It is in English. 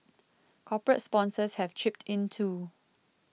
corporate sponsors have chipped in too